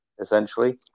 essentially